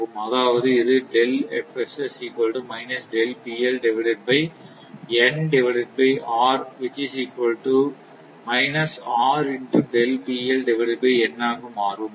அதாவது இது ஆக மாறும்